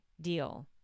deal